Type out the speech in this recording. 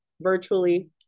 virtually